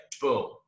boom